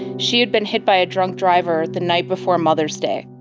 she had been hit by a drunk driver the night before mother's day.